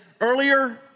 earlier